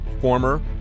former